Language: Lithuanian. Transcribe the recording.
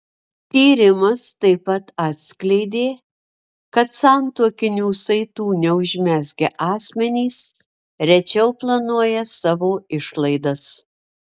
tyrimas taip pat atskleidė kad santuokinių saitų neužmezgę asmenys rečiau planuoja savo išlaidas